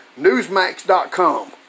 Newsmax.com